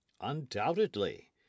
Undoubtedly